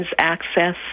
access